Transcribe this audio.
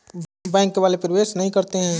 Bank वाले प्रवेश नहीं करते हैं?